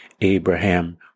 Abraham